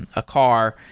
and a car.